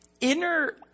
inner